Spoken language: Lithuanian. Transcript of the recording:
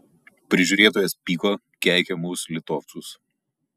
prižiūrėtojas pyko keikė mus litovcus